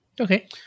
Okay